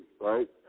right